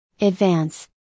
Advance